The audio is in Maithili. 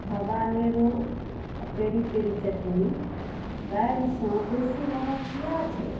हबानेरो पेरी पेरी चटनी काल्हिसँ बेसी महग किएक छै